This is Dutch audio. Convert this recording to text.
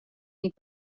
niet